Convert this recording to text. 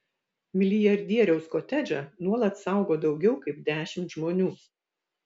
milijardieriaus kotedžą nuolat saugo daugiau kaip dešimt žmonių